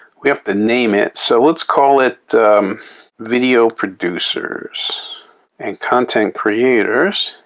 we have to name it so let's call it video producers and content creators.